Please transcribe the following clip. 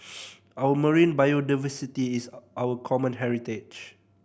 our marine biodiversity is our common heritage